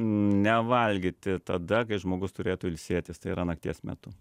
nevalgyti tada kai žmogus turėtų ilsėtis tai yra nakties metu